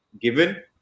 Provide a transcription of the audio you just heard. given